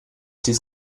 dies